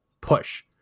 push